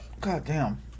goddamn